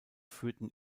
führten